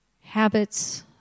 Habits